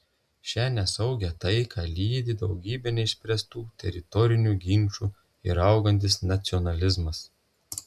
šią nesaugią taiką lydi daugybė neišspręstų teritorinių ginčų ir augantis nacionalizmas